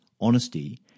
honesty